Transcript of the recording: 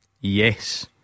Yes